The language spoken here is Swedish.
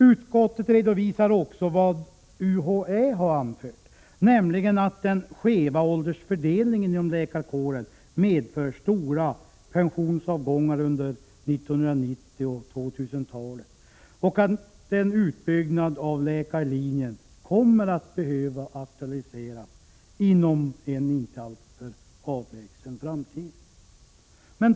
Utskottet redovisar vad UHÄ har anfört, nämligen att den skeva åldersfördelningen inom läkarkåren medför stora pensioneringsavgångar under 1990 och 2000-talet samt att en utbyggnad av läkarlinjen kommer att behöva aktualiseras inom en inte alltför avlägsen framtid.